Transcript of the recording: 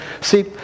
see